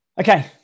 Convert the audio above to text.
Okay